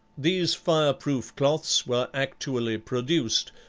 these fire-proof cloths were actually produced,